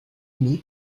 meet